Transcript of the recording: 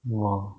orh